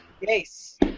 Yes